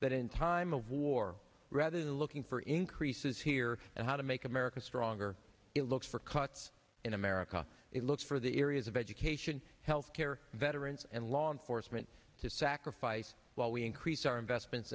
that in time of war rather than looking for increases here and how to make america stronger it looks for cuts in america it looks for the areas of education health care veterans and law enforcement to sacrifice while we increase our investments